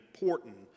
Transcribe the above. important